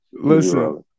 Listen